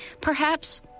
Perhaps